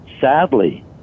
sadly